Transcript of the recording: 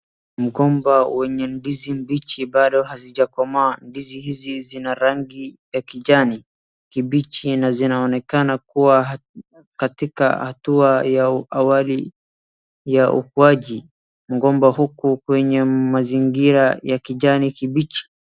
Mgomba wenye ndizi mbichi bado hazijakomaa. Ndizi hizi zina rangi ya kijani kimbichi na zinaonekana kuwa katika hatua ya awali ya ukuaji. Mgomba huku kwenye mazingira ya kijani kimbichi.